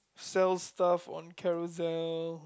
sell stuff on Carousell